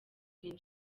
queen